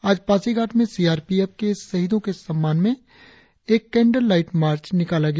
आज पासीघाट में सीआरपीएफ के शहीदों के सम्मान में एक कैंडल लाईट मार्च निकाला गया